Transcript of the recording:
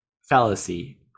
fallacy